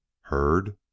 Heard